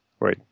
wait